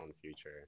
future